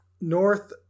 North